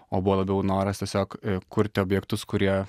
o buvo labiau noras tiesiog kurti objektus kurie